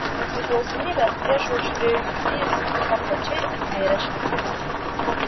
nepriklausomybės priešaušrį juciai sutiko plačiai atvėrę širdis